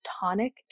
Tonic